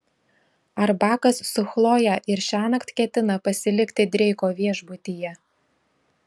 ar bakas su chloje ir šiąnakt ketina pasilikti dreiko viešbutyje